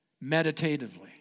meditatively